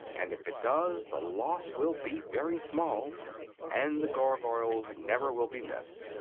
and if it does the loss will be very small and the gargoyles never will be missed.